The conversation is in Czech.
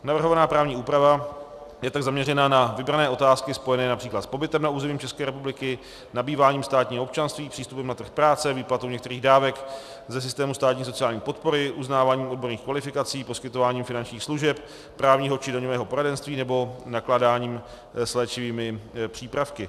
Navrhovaná právní úprava je tak zaměřena na vybrané otázky spojené např. s pobytem na území České republiky, nabýváním státního občanství, přístupem na trh práce, výplatou některých dávek ze systému státní sociální podpory, uznávání odborných kvalifikací, poskytování finančních služeb, právního či daňového poradenství nebo nakládání s léčivými přípravky.